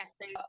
yes